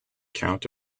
count